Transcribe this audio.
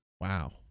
Wow